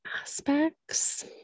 aspects